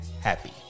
Happy